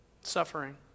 suffering